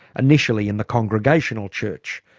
initially in the congregational church,